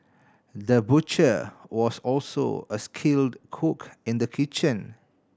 the butcher was also a skilled cook in the kitchen